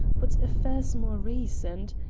but affairs more recent,